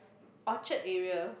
Orchard area